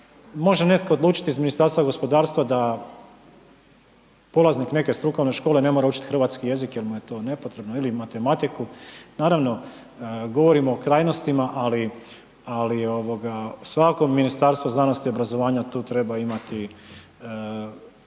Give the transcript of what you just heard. može netko odlučiti iz Ministarstva gospodarstva polaznik neke strukovne škole ne mora učiti hrvatski jezik jer mu je to nepotrebno ili matematiku, naravno govorimo o trajnostima ali svakako Ministarstvo znanosti i obrazovanja tu treba imati svoju